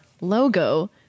logo